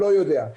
לא יודע.